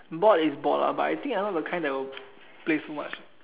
bored is bored lah but I think I'm not the kind that will play too much